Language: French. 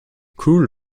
cool